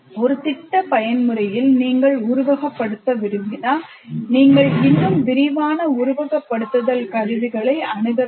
ஒரு திட்ட பயன்முறையில் நீங்கள் உருவகப்படுத்த விரும்பினால் நீங்கள் இன்னும் விரிவான உருவகப்படுத்துதல் கருவிகளை அணுக வேண்டும்